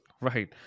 right